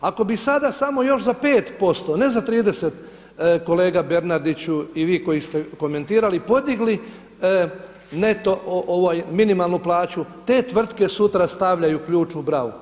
Ako bi sada samo još za 5% a ne za 30 kolega Bernardiću i vi koji ste komentirali, podigli neto, minimalnu plaću te tvrtke sutra stavljaju ključ u bravu.